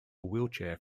wheelchair